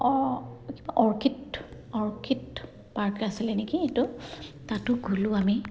orchid orchid park আছিলে নেকি এইটো তাতো গ'লোঁ আমি